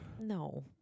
No